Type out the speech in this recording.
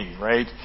right